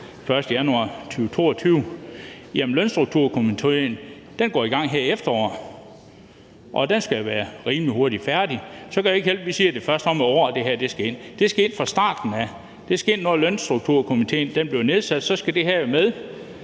1. januar 2022. Jamen lønstrukturkomitéen går i gang her i efteråret, og den skal være rimelig hurtigt færdig, og så kan det ikke hjælpe noget, at vi siger, at det først er om et år, det her skal ind. Det skal ind fra starten af. Det skal ind, når lønstrukturkomitéen bliver nedsat; så skal det her jo